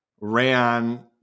ran